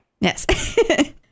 Yes